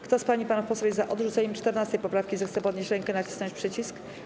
Kto z pań i panów posłów jest za odrzuceniem 14. poprawki, zechce podnieść rękę i nacisnąć przycisk.